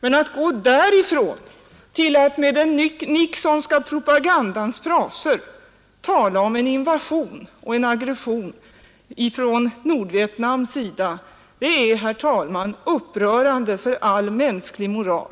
Men att gå därifrån till att med den Nixonska propagandans fraser tala om en invasion och en aggression ifrån Nordvietnams sida är, herr talman, upprörande för all mänsklig moral.